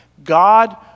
God